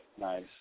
Nice